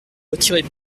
retirez